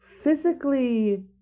physically